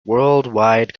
worldwide